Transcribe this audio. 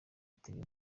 iteye